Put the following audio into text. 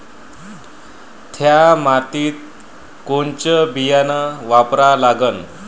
थ्या मातीत कोनचं बियानं वापरा लागन?